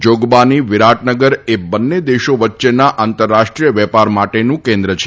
જોગબાની વિરાટનગર એ બંને દેશો વચ્ચેના આંતરરાષ્ટ્રીય વેપાર માટેનું કેન્દ્ર છે